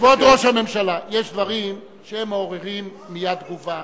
כבוד ראש הממשלה, יש דברים שמעוררים מייד תגובה.